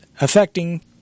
affecting